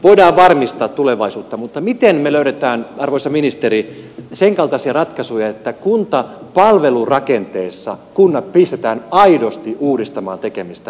voidaan varmistaa tulevaisuutta mutta miten me löydämme arvoisa ministeri sen kaltaisia ratkaisuja että kuntapalvelurakenteessa kunnat pistetään aidosti uudistamaan tekemistään